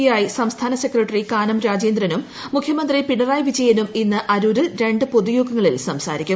I സംസ്ഥാന സെക്രട്ടറി കാനം രാജേന്ദ്രനും മുഖ്യമന്ത്രി പിൺറായി വിജയനും ഇന്ന് അരൂരിൽ രണ്ടു പൊതുയോഗങ്ങളിൽ സംസ്ഥാരിക്കും